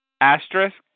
Asterisk